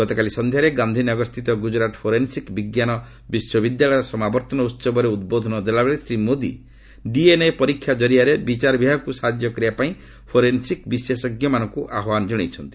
ଗତକାଲି ସନ୍ଧ୍ୟାରେ ଗାନ୍ଧିନଗର ସ୍ଥିତି ଗୁକୁରାଟ ଫୋରେନ୍ସିକ୍ ବିଜ୍ଞାନ ବିଶ୍ୱବିଦ୍ୟାଳୟର ସମାବର୍ତ୍ତନ ଉତ୍ବରେ ଉଦ୍ବୋଧନ ଦେଲାବେଳେ ଶ୍ରୀ ମୋଦି ଡିଏନ୍ଏ ପରୀକ୍ଷା କରିଆରେ ବିଚାରବିଭାଗକୁ ସାହାଯ୍ୟ କରିବା ପାଇଁ ଫୋରେନ୍ସିକ୍ ବିଶେଷଜ୍ଞମାନଙ୍କୁ ଆହ୍ୱାନ ଜଣାଇଛନ୍ତି